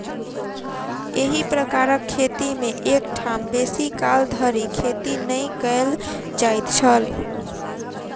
एही प्रकारक खेती मे एक ठाम बेसी काल धरि खेती नै कयल जाइत छल